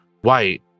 White